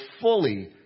fully